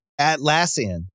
Atlassian